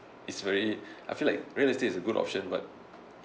it's very I feel like real estate is a good option but